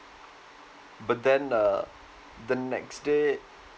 but then uh the next day